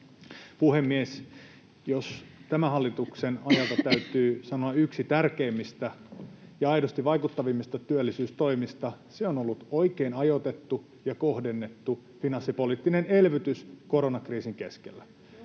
puhemies! Jos tämän hallituksen ajalta täytyy sanoa yksi tärkeimmistä ja aidosti vaikuttavimmista työllisyystoimista, se on ollut oikein ajoitettu ja kohdennettu finanssipoliittinen elvytys koronakriisin keskellä.